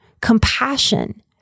Compassion